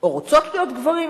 או רוצות להיות גברים?